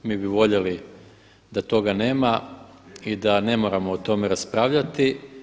Mi bi voljeli da toga nema i da ne moramo o tome raspravljati.